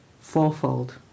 Fourfold